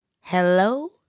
Hello